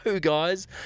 guys